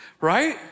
right